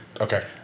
Okay